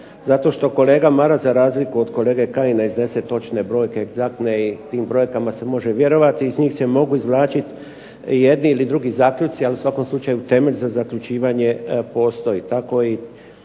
zato što kolega Maras za razliku od kolege Kajina iznose točne brojke, egzaktne i tim brojkama se može vjerovati, iz njih se mogu izvlačiti jedni ili drugi zaključci, ali u svakom slučaju temelj za zaključivanje postoji.